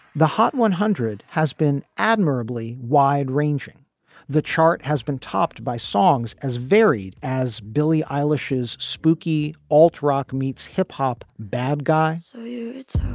the hot one hundred has been admirably wide ranging the chart has been topped by songs as varied as billy eyelashes, spooky alter rock meets hip hop, bad guy